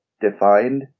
defined